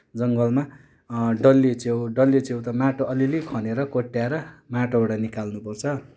जङ्गलमा डल्ले च्याउ डल्ले च्याउ त माटो अलिअलि खनेर कोट्याएर माटोबाट निकाल्नुपर्छ